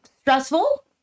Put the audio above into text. stressful